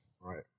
Right